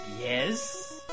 yes